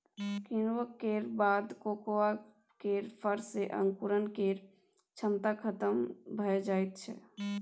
किण्वन केर बाद कोकोआ केर फर मे अंकुरण केर क्षमता खतम भए जाइ छै